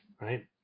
Right